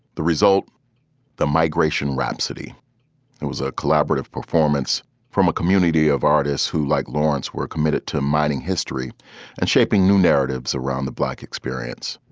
the result the migration rhapsody was a collaborative performance from a community of artists who, like lawrence, were committed to mining history and shaping new narratives around the black experience